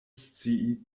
scii